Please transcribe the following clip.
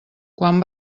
quan